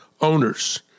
owners